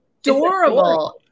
adorable